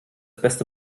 beste